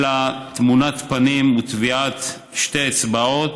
אלא תמונת פנים וטביעת שתי אצבעות,